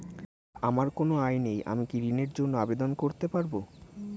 আমার কোনো আয় নেই আমি কি ঋণের জন্য আবেদন করতে পারব?